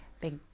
Big